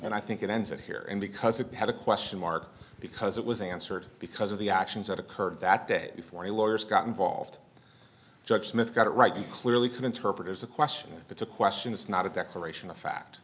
and i think it ends it here and because it had a question mark because it was answered because of the actions that occurred that day before the lawyers got involved judge smith got it right he clearly can interpret it as a question if it's a question it's not a declaration of fa